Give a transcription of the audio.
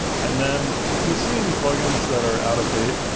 and then, if you see any plugins that are out of date,